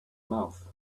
mouth